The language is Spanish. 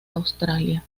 australia